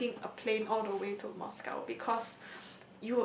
taking a plane all the way to Moscow because